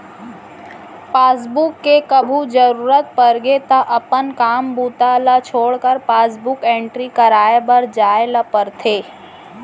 passbook के कभू जरूरत परगे त अपन काम बूता ल छोड़के पासबुक एंटरी कराए बर जाए ल परथे